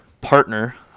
partner